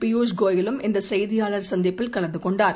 பியூஷ் கோயலும் இந்த செய்தியாளர் சந்திப்பில் கலந்து கொண்டார்